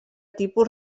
tipus